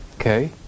Okay